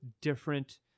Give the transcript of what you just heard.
different